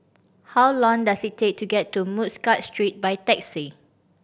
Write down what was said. how long does it take to get to Muscat Street by taxi